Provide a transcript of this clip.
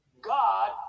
God